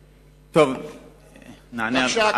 בבקשה,